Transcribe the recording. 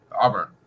Auburn